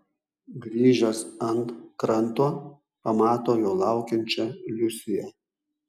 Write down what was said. grįžęs ant kranto pamato jo laukiančią liusiją